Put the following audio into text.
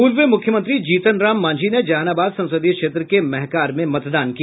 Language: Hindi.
पूर्व मुख्यमंत्री जीतनराम मांझी ने जहानाबाद संसदीय क्षेत्र के महकार में मतदान किया